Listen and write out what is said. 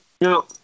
no